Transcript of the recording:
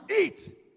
eat